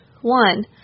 One